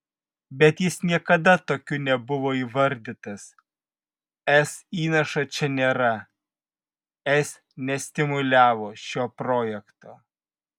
bet jis niekada tokiu nebuvo įvardytas es įnašo čia nėra es nestimuliavo šio projekto